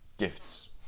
Gifts